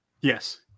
Yes